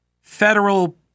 federal